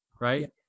right